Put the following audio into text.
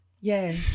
yes